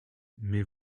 mais